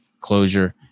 closure